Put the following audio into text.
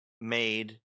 made